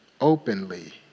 openly